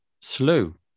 Slew